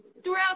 throughout